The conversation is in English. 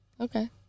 Okay